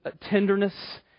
tenderness